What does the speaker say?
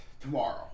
Tomorrow